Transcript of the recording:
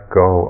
go